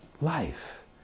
life